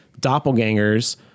doppelgangers